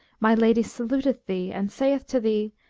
my lady saluteth thee and saith to thee,